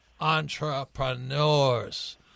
entrepreneurs